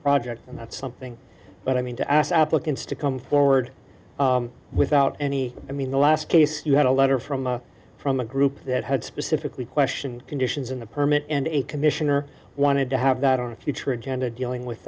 project and that's something that i mean to ask applicants to come forward without any i mean the last case you had a letter from from a group that had specifically question conditions in the permit and a commissioner wanted to have that on a future agenda dealing